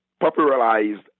popularized